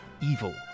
evil